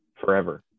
forever